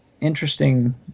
interesting